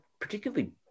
particularly